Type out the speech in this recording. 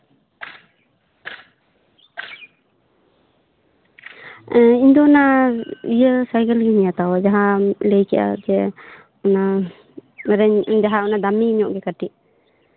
ᱤᱧ ᱫᱚ ᱚᱱᱟ ᱤᱭᱟᱹ ᱥᱟᱭᱠᱮᱞ ᱜᱤᱧ ᱦᱟᱛᱟᱣᱟ ᱡᱟᱦᱟᱢ ᱞᱟᱹᱭ ᱠᱮᱜᱼᱟ ᱡᱮ ᱚᱱᱟ ᱡᱟᱦᱟᱸ ᱚᱱᱟ ᱫᱟᱢᱤ ᱧᱚᱜ ᱜᱮ ᱠᱟᱹᱴᱤᱡ